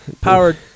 powered